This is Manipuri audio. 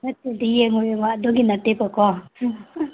ꯅꯠꯇꯦꯗ ꯌꯦꯡꯉꯣ ꯌꯦꯡꯉꯣ ꯑꯗꯨꯒꯤ ꯅꯠꯇꯦꯕꯀꯣ